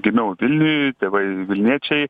gimiau vilniuj tėvai vilniečiai